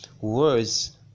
words